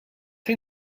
esa